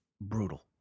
brutal